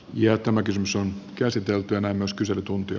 ja tämä kysymys on käsitelty myös kyselytuntia